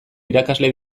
irakasle